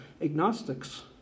agnostics